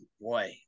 Boy